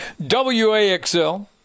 WAXL